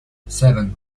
seven